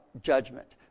judgment